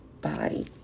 body